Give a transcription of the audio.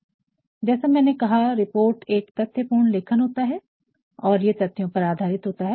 जैसा मैंने पहले कहा रिपोर्ट एक तथ्यपूर्ण लेखन होता है और ये तथ्यों पर आधारित होता है